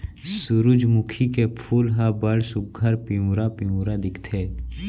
सुरूजमुखी के फूल ह बड़ सुग्घर पिंवरा पिंवरा दिखथे